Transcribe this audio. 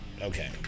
Okay